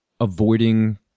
avoiding